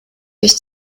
durch